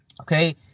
Okay